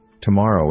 Tomorrow